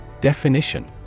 Definition